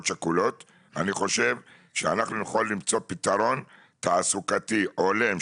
שכולות - אני חושב שאנחנו יכולים למצוא פתרון תעסוקתי הולם,